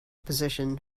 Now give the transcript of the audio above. position